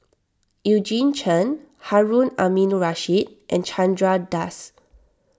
Eugene Chen Harun Aminurrashid and Chandra Das